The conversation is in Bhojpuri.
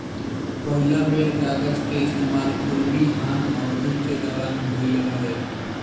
पहिला बेर कागज के इस्तेमाल पूर्वी हान अवधि के दौरान भईल रहे